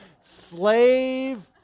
Slave